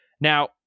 Now